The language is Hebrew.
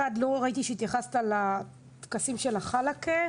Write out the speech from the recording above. אחד, לא ראיתי שהתייחסת לטקסים של החלאקה.